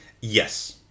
Yes